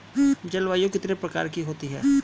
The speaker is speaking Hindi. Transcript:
जलवायु कितने प्रकार की होती हैं?